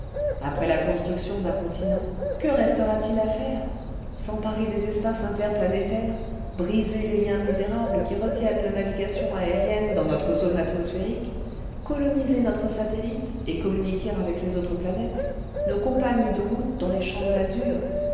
après la construction d'un continent que restera-t-il à faire s'emparer des espaces inter planétaires briser les liens misérables qui retiennent la navigation aérienne dans notre zone atmosphérique coloniser notre satellite et communiquer avec les autres planètes nos compagnes de route dans les champs de la